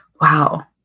wow